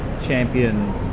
champion